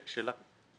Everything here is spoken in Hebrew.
שאלה.